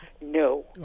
No